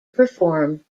perform